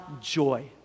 Joy